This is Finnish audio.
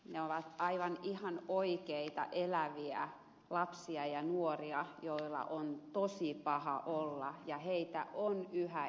ne ovat ihan oikeita eläviä lapsia ja nuoria joilla on tosi paha olla ja heitä on yhä enemmän